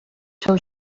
seus